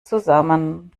zusammen